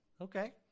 Okay